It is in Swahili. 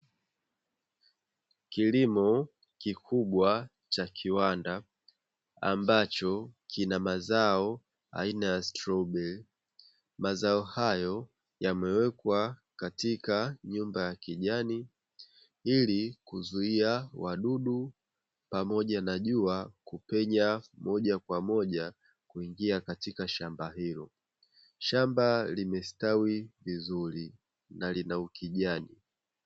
Kilimo kikubwa cha kiwanda ambacho kina mazao aina ya stroberi. Mazao hayo yamewekwa katika nyumba ya kijani ili kuzuia wadudu pamoja na jua kupenya moja kwa moja kuingia katika shamba hilo. Shamba limestawi vizuri na lina ukijani.